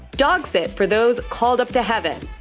dog-sit for those called up to heaven.